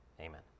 Amen